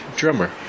drummer